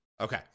Okay